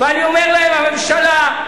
ואני אומר להם: הממשלה,